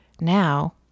Now